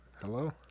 Hello